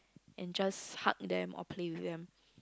and just hug them or play with them